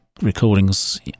recordings